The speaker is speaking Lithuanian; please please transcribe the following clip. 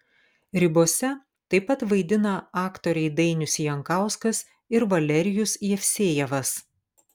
ribose taip pat vaidina aktoriai dainius jankauskas ir valerijus jevsejevas